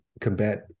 combat